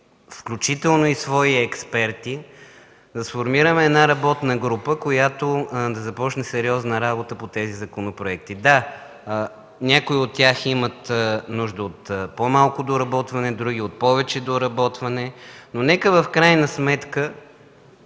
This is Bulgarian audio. включително и свои експерти, да сформираме една работна група, която да започне сериозна работа по тях. Да, някои от тях имат нужда от по-малко доработване, други – от повече доработване, но нека в крайна сметка